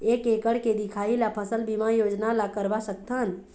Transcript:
एक एकड़ के दिखाही ला फसल बीमा योजना ला करवा सकथन?